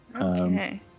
Okay